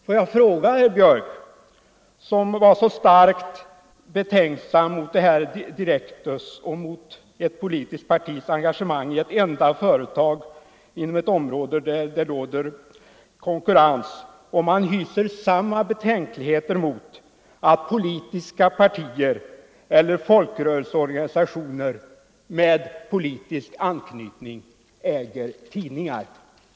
Får jag fråga herr Björck, som är så starkt betänksam mot Direktus och ett politiskt partis engagemang i ett enda företag inom ett område där det råder konkurrens, om han hyser samma betänkligheter mot att politiska partier eller folkrörelseorganisationer med politisk anknytning äger tidningar.